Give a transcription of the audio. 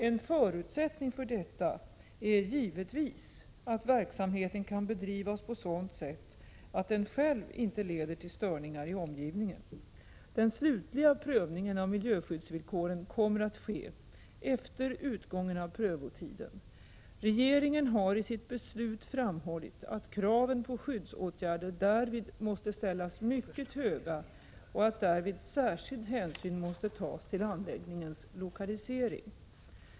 En förutsättning för detta är givetvis att verksamheten kan bedrivas 15 på sådant sätt att den själv inte leder till störningar i omgivningen. Den slutliga prövningen av miljöskyddsvillkoren kommer att ske efter utgången av prövotiden. Regeringen har i sitt beslut framhållit att kraven på skyddsåtgärder därvid måste ställas mycket högt och att därvid särskild hänsyn måste tas till anläggningens lokalisering.